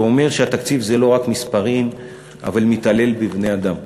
אומר שהתקציב זה לא רק מספרים אבל מתעלל בבני-אדם?